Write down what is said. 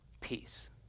peace